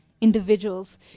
individuals